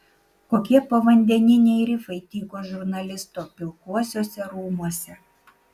kokie povandeniniai rifai tyko žurnalisto pilkuosiuose rūmuose